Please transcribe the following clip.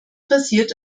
passiert